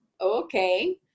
okay